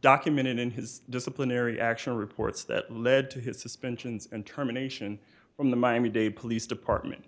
documented in his disciplinary action reports that led to his suspensions and terminations from the miami dade police department